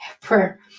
prayer